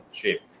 shape